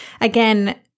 again